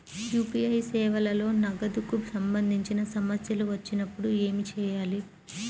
UPI సేవలలో నగదుకు సంబంధించిన సమస్యలు వచ్చినప్పుడు ఏమి చేయాలి?